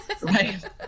right